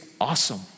awesome